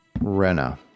rena